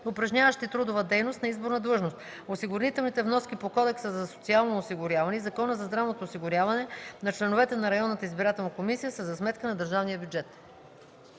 упражняващи трудова дейност на изборна длъжност. Осигурителните вноски по Кодекса за социално осигуряване и Закона за здравното осигуряване на членовете на районната избирателна комисия са за сметка на държавния бюджет.”